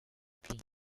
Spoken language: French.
pays